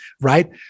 right